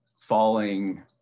falling